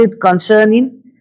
concerning